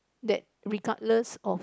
that regardless of